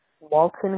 Walton